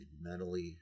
mentally